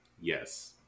Yes